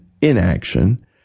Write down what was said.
inaction